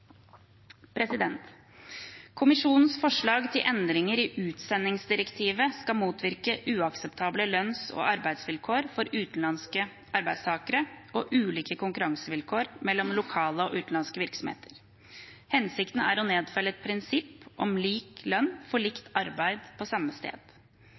Kommisjonens forslag til endringer i utsendingsdirektivet skal motvirke uakseptable lønns- og arbeidsvilkår for utenlandske arbeidstakere og ulike konkurransevilkår mellom lokale og utenlandske virksomheter. Hensikten er å nedfelle et prinsipp om lik lønn for likt arbeid på samme sted.